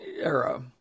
era